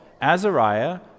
Azariah